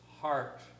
heart